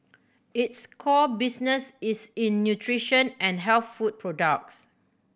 its core business is in nutrition and health food products